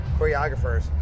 choreographers